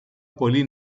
πολλή